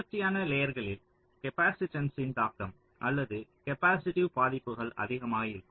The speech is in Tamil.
தொடர்ச்சியான லேயர்களில் கேப்பாசிட்டன்ஸின் தாக்கம் அல்லது கேப்பாசிட்டிவ் பாதிப்புகள் அதிகமாக இருக்கும்